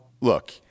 look